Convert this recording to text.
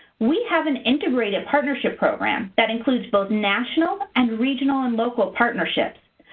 we have an integrated partnership program that includes both national and regional and local partnerships.